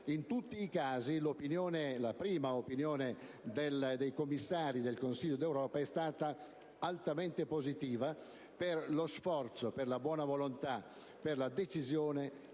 In tutti i casi la prima opinione dei commissari del Consiglio d'Europa è stata altamente positiva per lo sforzo, la buona volontà, per la decisione